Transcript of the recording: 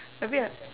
maybe I